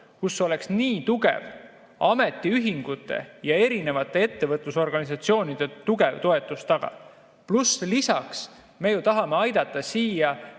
kus oleks nii tugev ametiühingute ja ettevõtlusorganisatsioonide toetus taga. Pluss, lisaks me ju tahame aidata siia